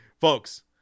folks